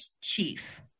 chief